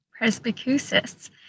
Presbycusis